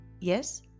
yes